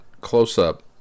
close-up